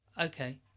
Okay